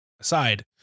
aside